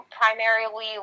primarily